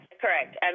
correct